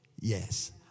yes